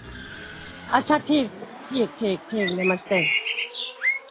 अच्छा ठीक ठीक ठीक ठीक नमस्ते